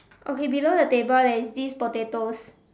okay below the table there is this potatoes